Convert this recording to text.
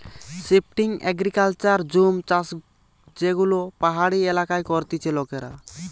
shifting agriculture জুম চাষযেগুলো পাহাড়ি এলাকায় করতিছে লোকেরা